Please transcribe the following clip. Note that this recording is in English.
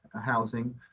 housing